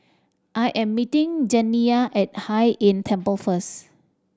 I am meeting Janiyah at Hai Inn Temple first